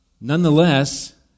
Nonetheless